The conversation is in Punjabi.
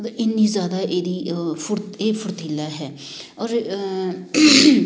ਮਤਲਬ ਇੰਨੀ ਜ਼ਿਆਦਾ ਇਹਦੀ ਫੁਰ ਇਹ ਫੁਰਤੀਲਾ ਹੈ ਔਰ